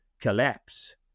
collapse